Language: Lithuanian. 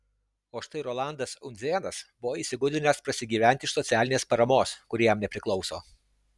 o štai rolandas undzėnas buvo įsigudrinęs prasigyventi iš socialinės paramos kuri jam nepriklauso